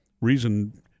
reason